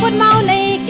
and la la